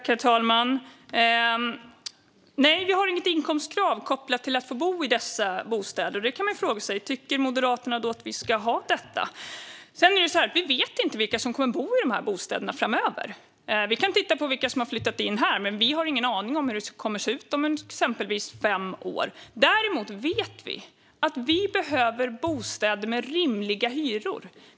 Herr talman! Nej, vi har inget inkomstkrav kopplat till att få bo i dessa bostäder. Då kan man fråga sig: Tycker Moderaterna att vi ska ha det? Vi vet inte vilka som kommer att bo i bostäderna framöver. Vi kan titta på vilka som har flyttat in, men vi har ingen aning om hur det kommer att se ut om exempelvis fem år. Däremot vet vi att vi behöver bostäder med rimliga hyror.